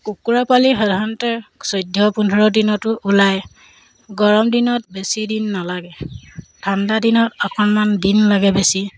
কুকুৰা পোৱালি সাধাৰণতে চৈধ্য পোন্ধৰ দিনতো ওলায় গৰমদিনত বেছি দিন নালাগে ঠাণ্ডাদিনত অকণমান দিন লাগে বেছি